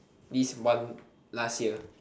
this one last year